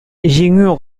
җиңү